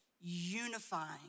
unifying